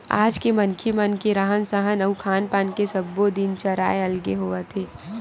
आज के मनखे मन के रहन सहन अउ खान पान के सब्बो दिनचरया अलगे होवत हवय